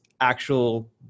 actual